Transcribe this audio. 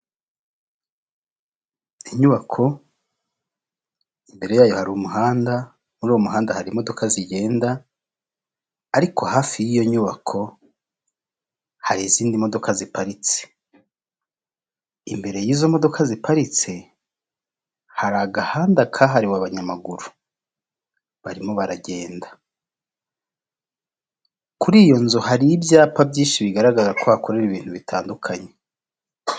Inyubako imbere yayo hari umuhanda muri uwo muhanda hari imodoka zigenda ariko hafi y'iyo nyubako hari iziparitse imbere y'izo modoka ziparitse hari agahanda k'abanyamaguru barimo baragenda kuri iyo nzu hari ibyapa byinshi bigaragara ko hakorera ibintu bitandukanye.